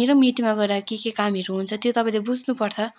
मेरो पनि मिटिङमा गएर के के कामहरू हुन्छ त्यो तपाईँले बुझ्नु पर्छ